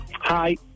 Hi